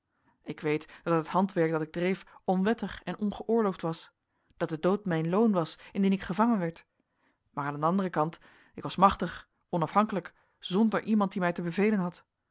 ik weet dat het handwerk dat ik dreef onwettig en ongeoorloofd was dat de dood mijn loon was indien ik gevangen werd maar aan een anderen kant ik was machtig onafhankelijk zonder iemand die mij te bevelen had